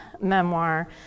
memoir